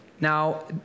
Now